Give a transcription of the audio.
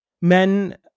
men